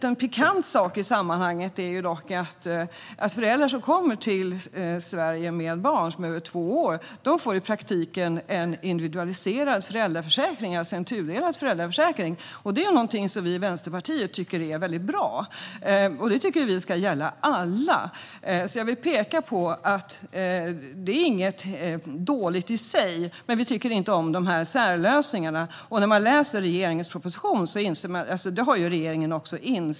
En pikant sak i sammanhanget är att föräldrar som kommer till Sverige med barn över två år i praktiken får en individualiserad, alltså en tudelad, föräldraförsäkring. Det tycker vi i Vänsterpartiet är väldigt bra och något som ska gälla alla. Jag vill peka på att detta inte är dåligt i sig, men vi tycker inte om denna särlösning. Detta har regeringen också insett i sin proposition.